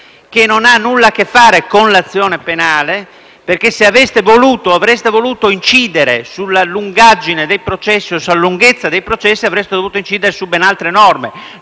che nulla ha a che fare con l'azione penale. Se aveste voluto incidere sulla lunghezza dei processi, avreste dovuto incidere su ben altre norme,